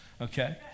Okay